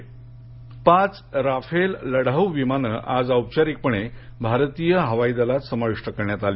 Rafale पाच Rafale लढाऊ विमानं आज औपचारिकपणे भारतीय हवाई दलात समाविष्ट करण्यात आली